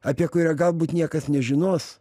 apie kurią galbūt niekas nežinos